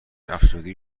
افسردگی